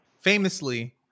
famously